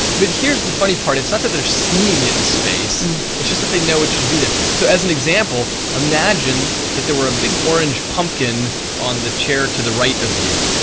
but here's the funny part, it's not that they're seeing it in space it's just that they know it should be there. so as an example imagine that there were a big orange pumpkin on the chair on the right of you.